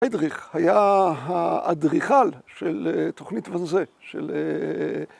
היידריך, היה האדריכל של תוכנית ואנזה. של אה...